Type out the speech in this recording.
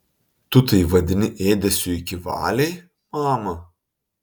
tu tai vadini ėdesiu iki valiai mama